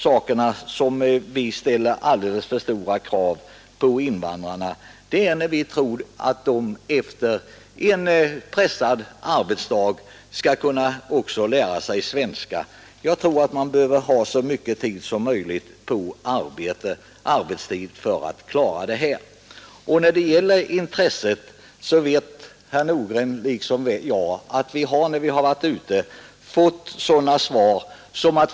Jag tror att vi ställer alldeles för stora krav på invandrarna när vi tror att de efter en pressande arbetsdag skall orka med att lära sig svenska. Därför bör en så stor del av undervisningen som möjligt förläggas till arbetstid. Både herr Nordgren och jag har erfarenheter av hur vissa företag ser på detta.